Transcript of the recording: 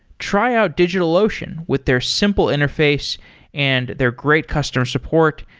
try out digitalocean with their simple interface and their great customer support,